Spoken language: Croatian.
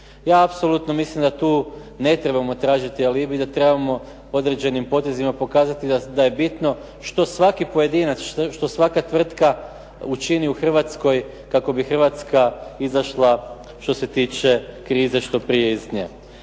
Ja apsolutno ne trebamo tražiti alibi i da trebamo određenim potezima pokazati da je bitno što svaki pojedinaca, što svaka tvrtka učini u Hrvatskoj kako bi Hrvatska što se tiče krize što prije iz nje.